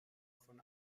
von